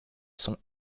sont